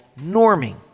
norming